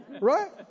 right